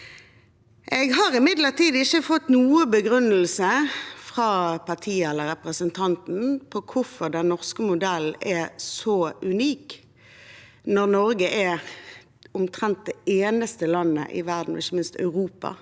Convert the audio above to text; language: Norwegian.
Jeg har imidlertid ikke fått noen begrunnelse fra partiet eller representanten for hvorfor den norske modellen er så unik – når Norge er omtrent det eneste landet i verden, ikke minst Europa,